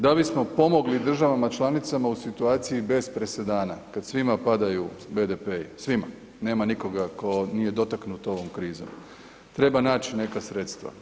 Da bismo pomogli državama članicama u situaciji bez presedana, kad svima padaju BDP-i, svima, nema nikoga ko nije dotaknut ovom krizom, treba naći neka sredstva.